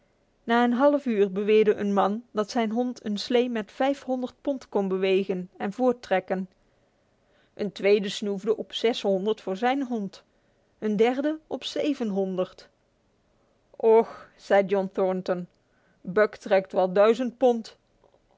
na een halfuur beweerde een man dat zijn hond een slee met pond kon bewegen en voorttrekken een tweede snoefde op voor zijn hond een derde op ch zei john thornton buck trekt wel pond